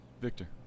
Victor